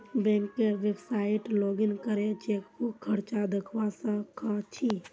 बैंकेर website login करे chequebook खर्च दखवा स ख छि